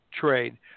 trade